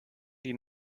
die